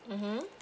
mmhmm